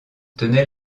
tenait